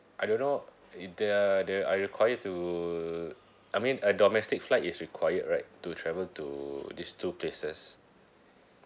I don't know there are there are required to I mean a domestic flight is required right to travel to these two places